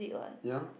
yea